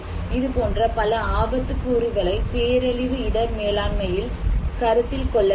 இதுபோன்ற பல ஆபத்து கூறுகளை பேரழிவு இடர் மேலாண்மையில் கருத்தில் கொள்ள வேண்டும்